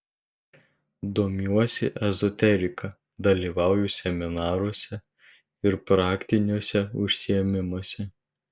domiuosi ezoterika dalyvauju seminaruose ir praktiniuose užsiėmimuose